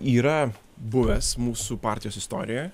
yra buvęs mūsų partijos istorijoje